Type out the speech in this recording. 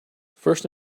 first